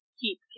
keep